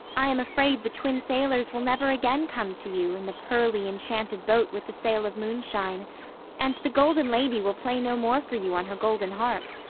i am afraid the twin sailors will never again come to you in the pearly, enchanted boat with the sail of moonshine and the golden lady will play no more for you on her golden harp.